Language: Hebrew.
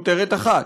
כותרת אחת,